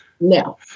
No